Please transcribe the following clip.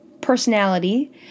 Personality